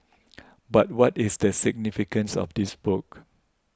but what is the significance of this book